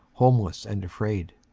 homeless and afraid.